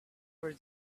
where